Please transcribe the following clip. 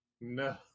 No